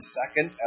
second